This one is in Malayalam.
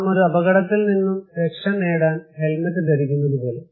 നാം ഒരു അപകടത്തിൽ നിന്നും രക്ഷ നേടാൻ ഹെൽമെറ്റ് ധരിക്കുന്നതുപോലെ